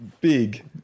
big